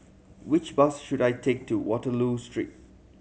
which bus should I take to Waterloo Street